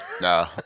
Nah